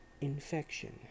Infection